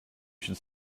should